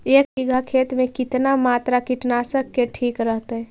एक बीघा खेत में कितना मात्रा कीटनाशक के ठिक रहतय?